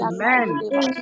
Amen